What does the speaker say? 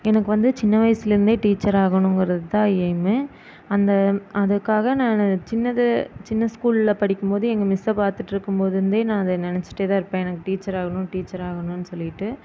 எனக்கு வந்து சின்ன வயசுலேருந்தே டீச்சர் ஆகணுங்கிறது தான் எய்மு அந்த அதுக்காக நான் சின்னது சின்ன ஸ்கூல்ல படிக்கும்போது எங்கள் மிஸ்ஸை பார்த்துட்ருக்கும்போது இருந்தே நான் அதை நினச்சிட்டே தான் இருப்பேன் எனக்கு டீச்சர் ஆகணும் டீச்சர் ஆகணும்னு சொல்லிட்டு